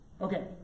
Okay